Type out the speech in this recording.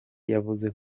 yavuze